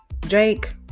drake